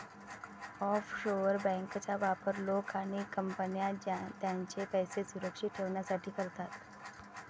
offshore बँकांचा वापर लोक आणि कंपन्या त्यांचे पैसे सुरक्षित ठेवण्यासाठी करतात